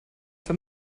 for